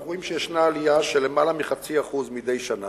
אנחנו רואים שיש עלייה של יותר מ-0.5% מדי שנה.